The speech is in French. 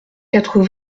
quatre